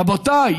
רבותיי,